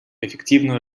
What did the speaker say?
эффективную